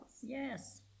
Yes